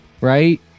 right